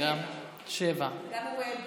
התש"ף 2020, גם אוריאל בוסו.